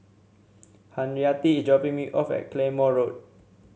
Henrietta is dropping me off at Claymore Road